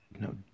no